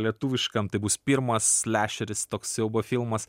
lietuviškam tai bus pirmas lešeris toks siaubo filmas